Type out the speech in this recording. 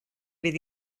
fydd